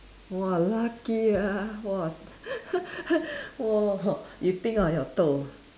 !wah! lucky ah !wah! !whoa! you think on your toe